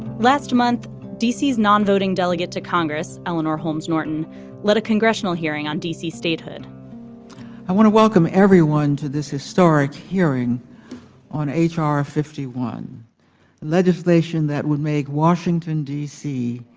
last month d c. is non-voting delegate to congress eleanor holmes norton led a congressional hearing on d c. statehood i want to welcome everyone to this historic hearing on h r. fifty one legislation that would make washington d c.